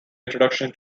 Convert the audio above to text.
introduction